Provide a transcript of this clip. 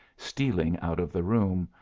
stealing out of the room.